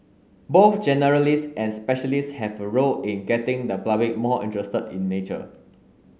both generalists and specialists have a role in getting the public more interested in nature